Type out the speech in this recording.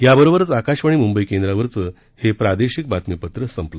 याबरोबरच आकाशवाणी मुंबई केंद्रावरचं हे प्रादेशिक बातमीपत्र संपलं